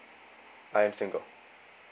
I am single